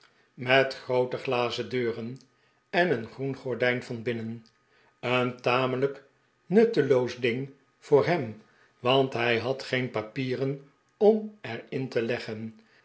met groote glazen deuren en een groen gordijn van binnen een tamelijk nutteloos ding voor hem want hij had geen papieren om er in te leggen